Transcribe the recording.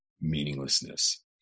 meaninglessness